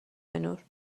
نور